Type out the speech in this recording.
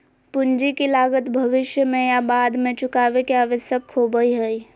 पूंजी की लागत भविष्य में या बाद में चुकावे के आवश्यकता होबय हइ